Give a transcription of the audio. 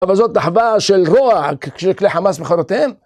אבל זאת אחווה של רוע, של כלי חמאס מכורותיהם.